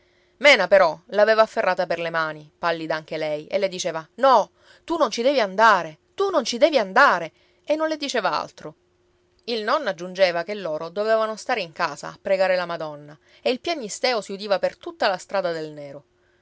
mena però l'aveva afferrata per le mani pallida anche lei e le diceva no tu non ci devi andare tu non ci devi andare e non le diceva altro il nonno aggiungeva che loro dovevano stare in casa a pregare la madonna e il piagnisteo si udiva per tutta la strada del nero